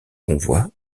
convoi